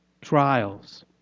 trials